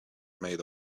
made